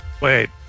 Wait